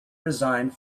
resigned